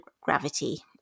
gravity